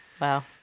Wow